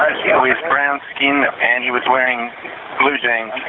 ah yeah with brown skin and he was wearing blue